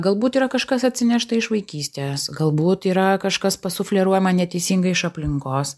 galbūt yra kažkas atsinešta iš vaikystės galbūt yra kažkas pasufleruojama neteisinga iš aplinkos